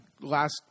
last